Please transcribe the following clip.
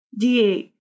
D8